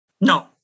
No